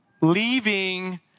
leaving